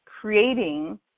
creating